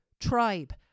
tribe